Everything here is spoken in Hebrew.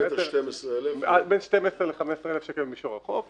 150 מטר 12,000. בין 12,000 ל-15,000 שקל במישור החוף.